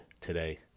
today